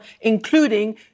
including